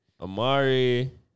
Amari